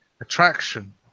attraction